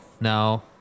no